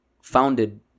founded